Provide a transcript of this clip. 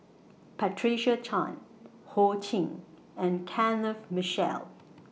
Patricia Chan Ho Ching and Kenneth Mitchell